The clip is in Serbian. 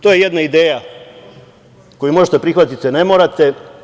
To je jedna ideja koju možete prihvatiti, a ne morate.